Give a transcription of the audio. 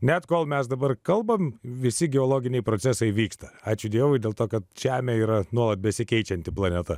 net kol mes dabar kalbame visi geologiniai procesai vyksta ačiū dievui dėl to kad žemė yra nuolat besikeičianti planeta